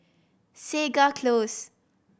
Segar Close